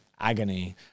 agony